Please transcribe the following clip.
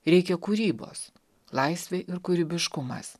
reikia kūrybos laisvė ir kūrybiškumas